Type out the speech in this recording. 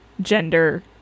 gender